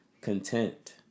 content